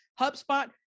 HubSpot